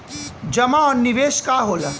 जमा और निवेश का होला?